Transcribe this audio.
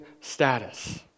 status